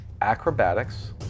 acrobatics